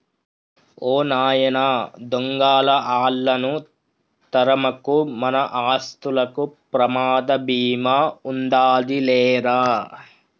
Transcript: ఓ నాయన దొంగలా ఆళ్ళను తరమకు, మన ఆస్తులకు ప్రమాద భీమా ఉందాది లేరా